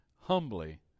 humbly